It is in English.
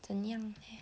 怎样 leh